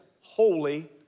holy